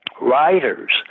writers